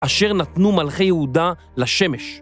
אשר נתנו מלכי יהודה לשמש.